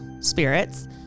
spirits